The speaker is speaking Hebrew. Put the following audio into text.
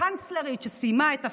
הקנצלרית שסיימה את תפקידה,